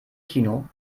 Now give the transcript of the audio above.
kino